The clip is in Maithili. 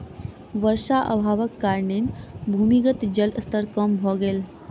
वर्षा अभावक कारणेँ भूमिगत जलक स्तर कम भ गेल